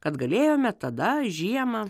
kad galėjome tada žiemą